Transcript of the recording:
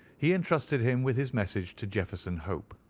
he entrusted him with his message to jefferson hope.